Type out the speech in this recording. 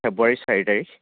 ফেব্ৰুৱাৰী চাৰি তাৰিখ